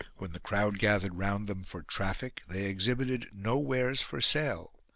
when the crowd gathered round them for traffic, they ex hibited no wares for sale,